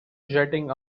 jetting